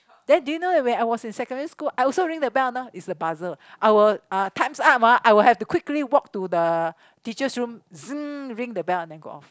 then do you know that when I was in secondary school I also ring the bell you know it's a buzzer I will times up ah I'll have to quickly walk to the teacher's room ring the bell and then go off